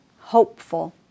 hopeful